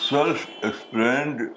Self-explained